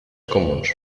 comuns